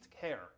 care